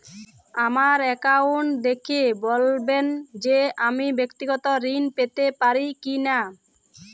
আমার অ্যাকাউন্ট দেখে বলবেন যে আমি ব্যাক্তিগত ঋণ পেতে পারি কি না?